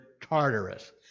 Tartarus